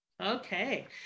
Okay